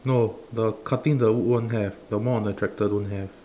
no the cutting the wood one have the one on the tractor don't have